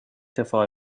defa